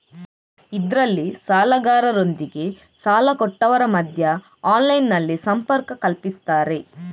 ಇದ್ರಲ್ಲಿ ಸಾಲಗಾರರೊಂದಿಗೆ ಸಾಲ ಕೊಟ್ಟವರ ಮಧ್ಯ ಆನ್ಲೈನಿನಲ್ಲಿ ಸಂಪರ್ಕ ಕಲ್ಪಿಸ್ತಾರೆ